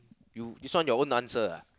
you this one your own answer ah